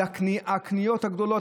הקניות הגדולות,